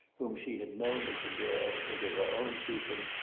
whom she had known as a girl, into her own keeping,